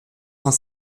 cent